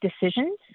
decisions